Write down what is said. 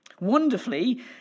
Wonderfully